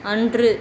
அன்று